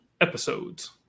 Episodes